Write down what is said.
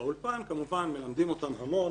באולפן כמובן מלמדים אותם המון,